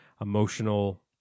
emotional